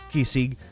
Kisig